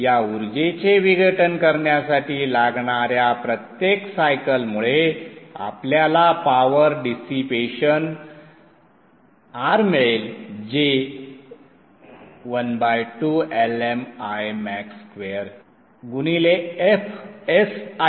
या उर्जेचे विघटन करण्यासाठी लागणार्या प्रत्येक सायकलमुळे आपल्याला पॉवर डिसिपेशन R मिळेल जे 12 Lm Imax2 गुणिले fs आहे